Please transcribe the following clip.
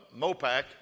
Mopac